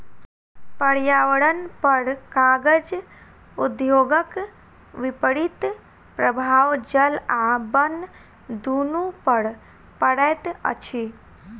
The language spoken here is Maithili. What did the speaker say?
पर्यावरणपर कागज उद्योगक विपरीत प्रभाव जल आ बन दुनू पर पड़ैत अछि